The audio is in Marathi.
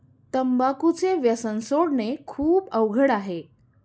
तंबाखूचे व्यसन सोडणे खूप अवघड आहे